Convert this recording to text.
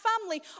family